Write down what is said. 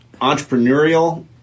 entrepreneurial